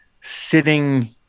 sitting